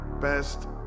best